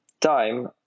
time